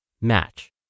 match